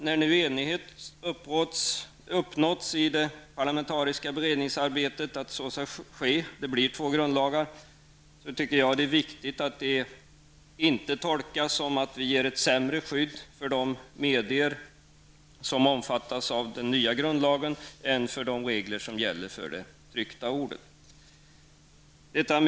När det nu i det parlamentariska beredningsarbetet har uppnåtts enighet om att det skall bli två grundlagar, tycker jag att det är viktigt att detta inte tolkas som att vi ger ett sämre skydd för de medier som omfattas av den nya grundlagen än för dem som använder det tryckta ordet.